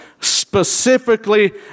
specifically